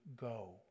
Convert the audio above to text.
go